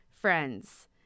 friends